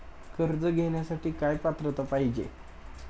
कर्ज घेण्यासाठी काय पात्रता पाहिजे?